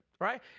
right